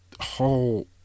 whole